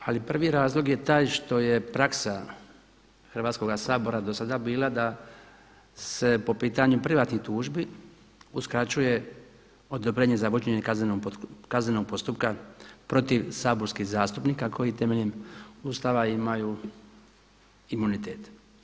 Ali prvi razlog je taj što je praksa Hrvatskoga sabora do sada bila da se po pitanju privatnih tužbi uskraćuje odobrenje za vođenje kaznenog postupka protiv saborskih zastupnika koji temeljem Ustava imaju imunitet.